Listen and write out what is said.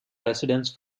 residence